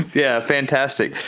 yeah, fantastic.